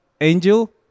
Angel